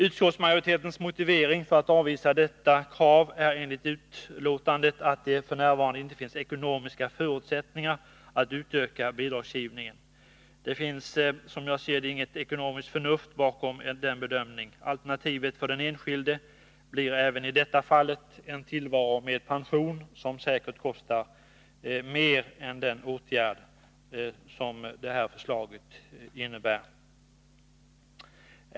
Utskottsmajoritetens motivering för att avvisa detta krav är enligt betänkandet ”att det f. n. inte finns ekonomiska förutsättningar att utöka bidragsgivningen”. Det finns, som jag ser det, inget ekonomiskt förnuft bakom den bedömningen. Alternativet för den enskilde blir även i detta fall en tillvaro med pension som säkert kostar mer än den åtgärd som det här förslaget innebär.